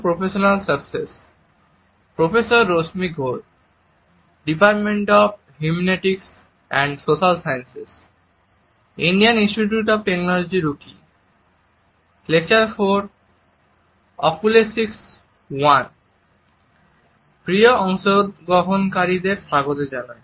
প্রিয় অংশগ্রহণকারীদের স্বাগত জানাই